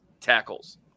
tackles